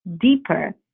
deeper